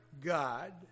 God